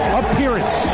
appearance